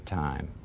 time